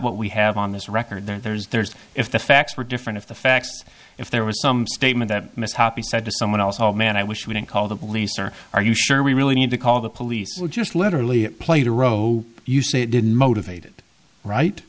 what we have on this record there's there's if the facts were different if the facts if there was some statement that mishap he said to someone else old man i wish we didn't call the police or are you sure we really need to call the police just literally played a row you say it didn't motivated right